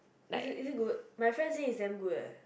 is it is it good my friend say is damn good leh